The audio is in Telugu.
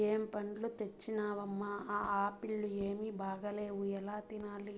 ఏం పండ్లు తెచ్చినవమ్మ, ఆ ఆప్పీల్లు ఏమీ బాగాలేవు ఎలా తినాలి